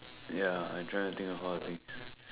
ya I trying to think of all things